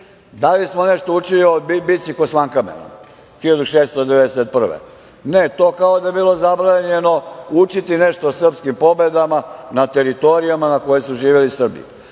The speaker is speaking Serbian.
li smo ponešto učili o bici kod Slankamena 1691. godine? Ne, to kao da je bilo zabranjeno učiti nešto o srpskim pobedama na teritorijama na kojima su živeli Srbi. Da